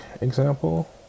example